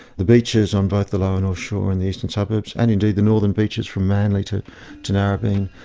the beaches on both the lower north shore and the eastern suburbs, and indeed the northern beaches from manly to to narrabeen,